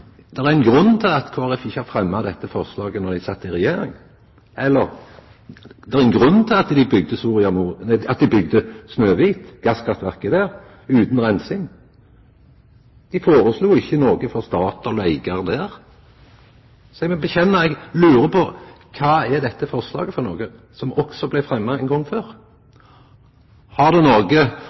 er ein grunn til at Kristeleg Folkeparti ikkje fremma dette forslaget då dei sat i regjering, og at det er ein grunn til at dei bygde gasskraftverket Snøkvit utan reinsing. Dei foreslo ikkje noko for Statoil og eigarane der. Så eg må vedkjenna at eg lurer på kva dette forslaget er, som også er fremma ein gong tidlegare? Har det